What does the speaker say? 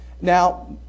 now